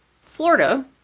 Florida